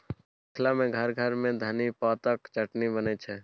मिथिला मे घर घर मे धनी पातक चटनी बनै छै